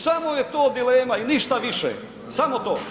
Samo je to dilema i ništa više, samo to.